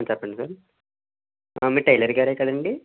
చెప్పండి సార్ అవును మీరు టైలర్గారే కదండి